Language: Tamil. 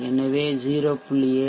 எனவே 0